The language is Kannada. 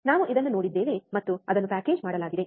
ನಾವು ಇದನ್ನು ನೋಡಿದ್ದೇವೆ ಮತ್ತು ಅದನ್ನು ಪ್ಯಾಕೇಜ್ ಮಾಡಲಾಗಿದೆ